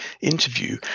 interview